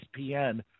ESPN